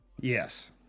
Yes